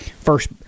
First